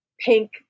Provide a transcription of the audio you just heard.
pink